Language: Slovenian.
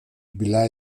bila